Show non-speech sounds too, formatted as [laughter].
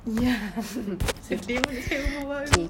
ya [laughs] it's okay boleh cari rumah baru